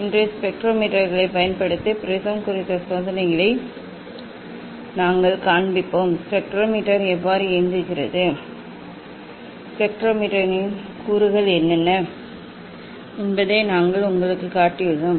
இன்று ஸ்பெக்ட்ரோமீட்டர்களைப் பயன்படுத்தி ப்ரிஸம் குறித்த சோதனைகளை நாங்கள் காண்பிப்போம் ஸ்பெக்ட்ரோமீட்டர் எவ்வாறு இயங்குகிறது ஸ்பெக்ட்ரோமீட்டரின் கூறுகள் என்ன என்பதை நாங்கள் உங்களுக்குக் காட்டியுள்ளோம்